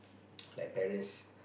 like parents